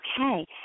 Okay